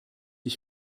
ich